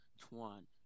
one